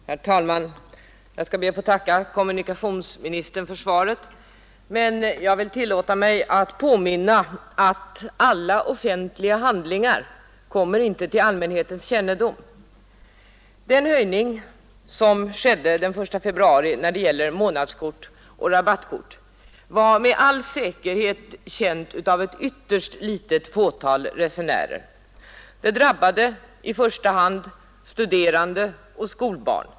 Herr talman! Jag skall be att få tacka kommunikationsministern för svaret. Men jag vill tillåta mig att påminna om att inte alla offentliga handlingar kommer till allmänhetens kännedom. Den höjning som skedde den 1 februari beträffande månadskort och rabattkort var med all säkerhet känd av ett ytterst litet fåtal resenärer. Den drabbade i första hand studerande och skolbarn.